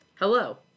Hello